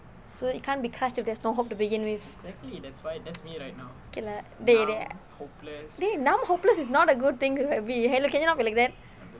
so it can't be crushed if there is no hope to begin with okay lah dey dey numb hopeless is not a good thing to be can you not be like that